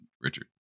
richard